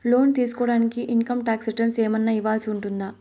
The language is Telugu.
లోను తీసుకోడానికి ఇన్ కమ్ టాక్స్ రిటర్న్స్ ఏమన్నా ఇవ్వాల్సి ఉంటుందా